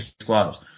squads